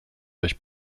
durch